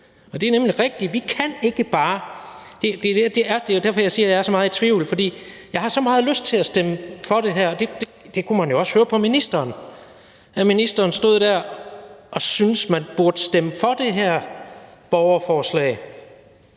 Og det er nemlig rigtigt – vi kan ikke bare gøre det. Det er derfor, jeg siger, at jeg er så meget i tvivl, for jeg har så meget lyst til at stemme for det her, og det kunne man jo også høre på ministeren, altså at ministeren stod der og syntes, at man burde stemme for det her borgerforslag,